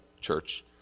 church